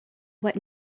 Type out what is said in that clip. what